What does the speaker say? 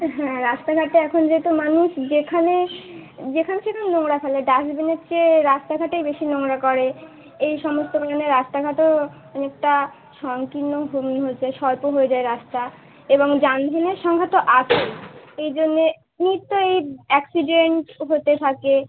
হ্যাঁ রাস্তাঘাটে এখন যেহেতু মানুষ যেখানে যেখান সেখান নোংরা ফেলে ডাস্টবিনের চেয়ে রাস্তাঘাটেই বেশি নোংরা করে এই সমস্ত নিয়মে রাস্তাঘাটও অনেকটা সংকীর্ণ হয়ে হয়ে যায় স্বল্প হয়ে যায় রাস্তা এবং যানবাহনের সংখ্যা তো আছেই এই জন্যে নিত্য এই অ্যাক্সিডেন্ট হতে থাকে